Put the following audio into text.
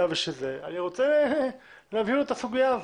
ואני רוצה להבהיר לו את הסוגיה הזאת.